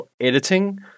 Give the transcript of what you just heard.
editing